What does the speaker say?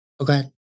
okay